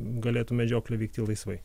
galėtų medžioklė vykti laisvai